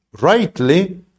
rightly